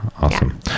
Awesome